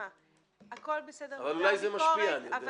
אבל אולי זה משפיע, אני יודע.